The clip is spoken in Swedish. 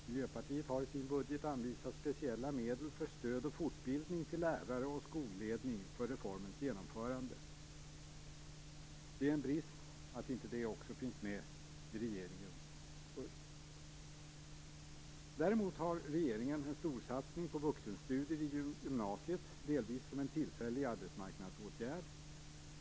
Miljöpartiet har i sin budget anvisat speciella medel för stöd och fortbildning till lärare och skolledning för reformens genomförande. Det är en brist att inte det också finns med i regeringens budget. Däremot har regeringen en storsatsning på vuxenstudier i gymnasiet, delvis som en tillfällig arbetsmarknadsåtgärd.